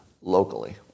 locally